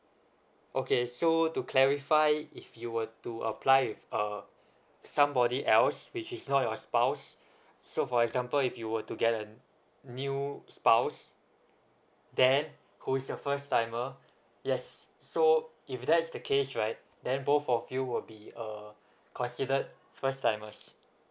okay so to clarify if you were to apply with uh somebody else which is not your spouse so for example if you were to get a new spouse then who's a first timer yes so if that is the case right then both of you will be uh considered first timers